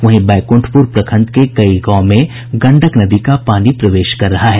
वहीं बैकुंठपुर प्रखंड के कई गांव में गंडक नदी का पानी प्रवेश कर रहा है